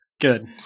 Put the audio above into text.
Good